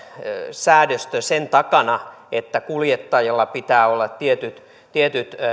säädöstö sen takana että kuljettajalla pitää olla tietyt tietyt